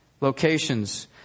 locations